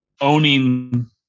owning